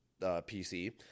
PC